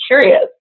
curious